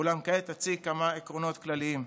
אולם כעת אציג כמה עקרונות כלליים: